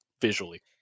visually